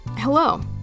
Hello